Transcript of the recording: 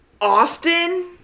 often